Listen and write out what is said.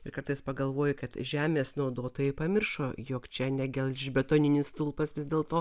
ir kartais pagalvoji kad žemės naudotojai pamiršo jog čia ne gelžbetoninis stulpas vis dėl to